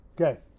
Okay